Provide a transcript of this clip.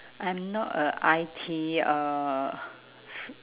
I'm not a I_T uh